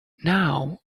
now